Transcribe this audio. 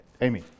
Amy